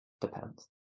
depends